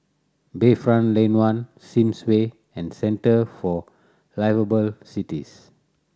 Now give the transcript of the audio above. Bayfront Lane One Sims Way and Centre for Liveable Cities